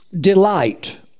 delight